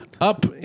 Up